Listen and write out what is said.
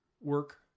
work